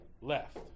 left